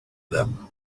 them